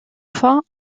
fois